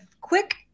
quick